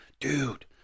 dude